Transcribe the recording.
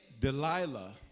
Delilah